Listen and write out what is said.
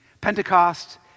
Pentecost